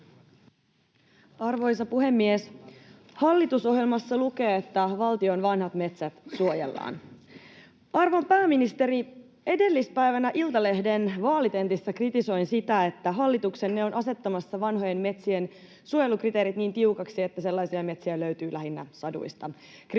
Arvoisa puhemies! Hallitusohjelmassa lukee, että valtion vanhat metsät suojellaan. Arvon pääministeri, edellispäivänä Iltalehden vaalitentissä kritisoin sitä, että hallituksenne on asettamassa vanhojen metsien suojelukriteerit niin tiukiksi, että sellaisia metsiä löytyy lähinnä saduista. Kritisoin,